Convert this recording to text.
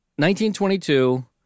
1922